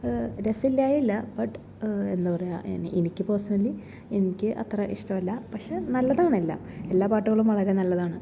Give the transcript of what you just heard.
ര രസം ഇല്ലായ്കയില്ല ബട്ട് എന്താ പറയുക എൻ എനിക്ക് പേഴ്സണലി എനിക്ക് അത്ര ഇഷ്ടമല്ല പക്ഷേ നല്ലതാണെല്ലാം എല്ലാ പാട്ടുകളും വളരെ നല്ലതാണ്